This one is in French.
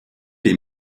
les